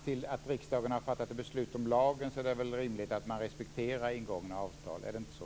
Tills riksdagen har fattat beslut om lagen är det väl rimligt att man respekterar ingångna avtal? Är det inte så?